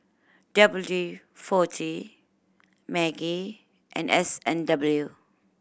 W D Forty Maggi and S and W